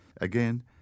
Again